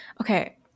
Okay